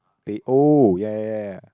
they old ya ya ya